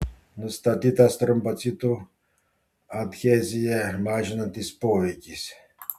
nustatytas trombocitų adheziją mažinantis poveikis